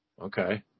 Okay